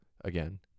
Again